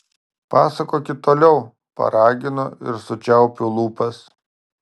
pasakokit toliau paraginu ir sučiaupiu lūpas